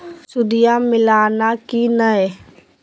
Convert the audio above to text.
सुदिया मिलाना की नय?